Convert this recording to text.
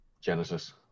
Genesis